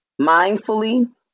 mindfully